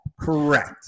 Correct